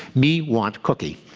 me want cookie.